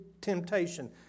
temptation